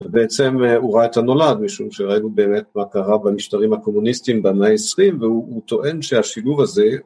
בעצם הוא ראה את הנולד משום שראינו באמת מה קרה במשטרים הקומוניסטיים במאה העשרים והוא טוען שהשילוב הזה